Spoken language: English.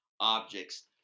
Objects